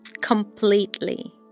completely